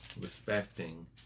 respecting